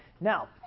Now